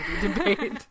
debate